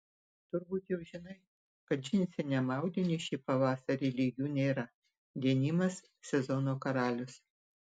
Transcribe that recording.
turbūt jau žinai kad džinsiniam audiniui šį pavasarį lygių nėra denimas sezono karalius